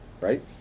right